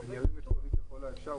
אני ארים ככל האפשר,